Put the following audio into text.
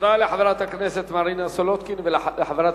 תודה לחברת הכנסת מרינה סולודקין ולחברת